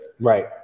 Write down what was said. Right